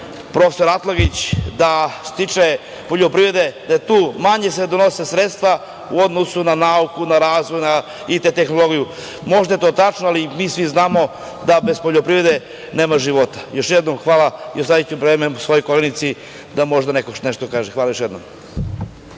prof. Atlagić, da što stiče poljoprivrede tu se manje donose sredstva u odnosu na nauku, na razvoj i na tehnologiju. Možda je to tačno, ali mi svi znamo da bez poljoprivrede nema života. Još jednom hvala, ostaviću vreme svojoj koleginici da možda još nešto kaže. Zahvaljujem još jednom.